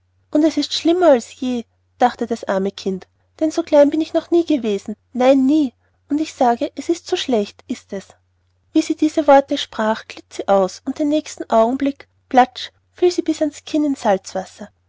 und es ist schlimmer als je dachte das arme kind denn so klein bin ich noch nie gewesen nein nie und ich sage es ist zu schlecht ist es wie sie diese worte sprach glitt sie aus und den nächsten augenblick platsch fiel sie bis an's kinn in salzwasser